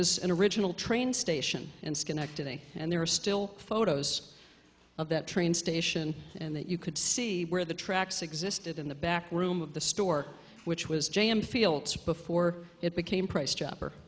was an original train station in schenectady and there are still photos of that train station and that you could see where the tracks existed in the back room of the store which was jammed feel to before it became price